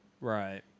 Right